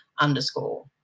underscore